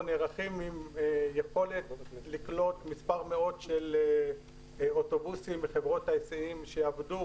נערכים עם יכולת לקלוט מספר מאות של אוטובוסים מחברות ההיסעים שעבדו